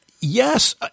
yes